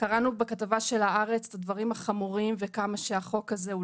קראנו בכתבה ב'הארץ' את הדברים החמורים וכמה שהחוק הזה הוא